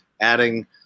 adding